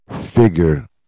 figure